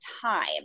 time